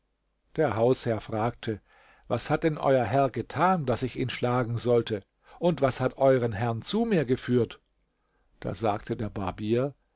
der hausherr fragte was hat denn euer herr getan daß ich ihn schlagen sollte und was hat euren herrn zu mir geführt da sagte der barbier